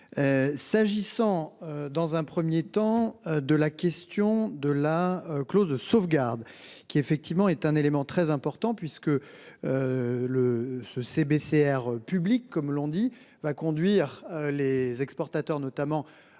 S'agissant dans un 1er temps, de la question de la clause de sauvegarde qui effectivement est un élément très important puisque. Le ce ses BCR public comme l'on dit va conduire les exportateurs notamment